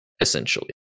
essentially